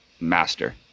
master